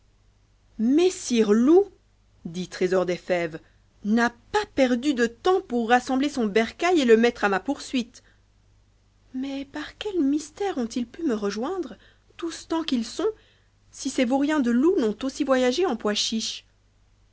messire loup dit trésor des fèves n'a pas perdu de temps pour rassembler son bercail et le mettre à ma poursuite mais par quel mystère ont-ils pu me rejoindre tous tant qu'ils sont si ces vauriens de loups n'ont aussi voyagé en pois chiche